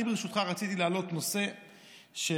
אני ברשותך רציתי להעלות נושא שכבר